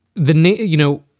the you know,